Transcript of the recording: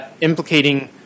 implicating